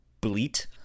bleat